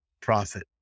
profit